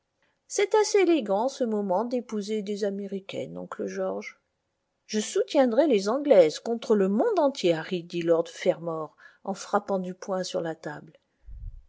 assez élégant en ce moment d'épouser des américaines oncle george je soutiendrai les anglaises contre le monde entier harry fit lord fermor en frappant du poing sur la table